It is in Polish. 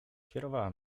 kierowała